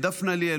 דפנה ליאל